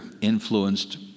influenced